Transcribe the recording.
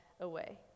away